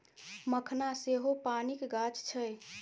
भखना सेहो पानिक गाछ छै